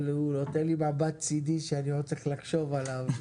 אבל הוא נותן לי מבט צידי שאני עוד צריך לחשוב עליו,